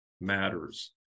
matters